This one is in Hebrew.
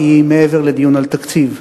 כי היא מעבר לדיון על התקציב: